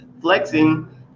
flexing